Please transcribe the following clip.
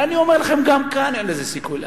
ואני אומר לכם, גם כאן אין לזה סיכוי להצליח.